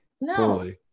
No